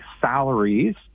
salaries